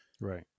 Right